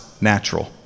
natural